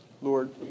Lord